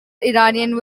iranian